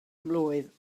mlwydd